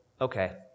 okay